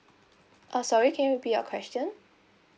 uh sorry can you repeat your question